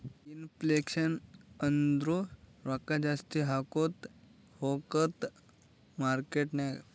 inflation ಅಂದುರ್ ರೊಕ್ಕಾ ಜಾಸ್ತಿ ಆಕೋತಾ ಹೊತ್ತುದ್ ಮಾರ್ಕೆಟ್ ನಾಗ್